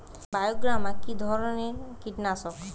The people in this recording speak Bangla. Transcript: বায়োগ্রামা কিধরনের কীটনাশক?